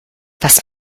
was